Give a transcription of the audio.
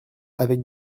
avec